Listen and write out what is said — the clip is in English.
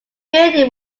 building